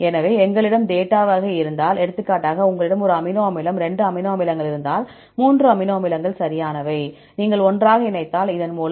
எனவே உங்களிடம் டேட்டா வகை இருந்தால் எடுத்துக்காட்டாக உங்களிடம் ஒரு அமினோ அமிலம் மற்றும் 2 அமினோ அமிலங்கள் இருந்தால் 3 அமினோ அமிலங்கள் சரியானவை நீங்கள் ஒன்றாக இணைந்தால் இதன் மூலம்